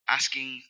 asking